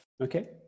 Okay